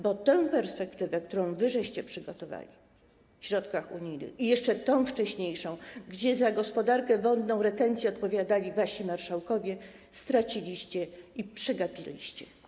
Bo tę perspektywę, którą wy przygotowaliście w środkach unijnych, i jeszcze tą wcześniejszą, gdzie za gospodarkę wodną, retencję odpowiadali wasi marszałkowie, straciliście i przegapiliście.